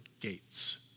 gates